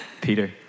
Peter